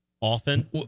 often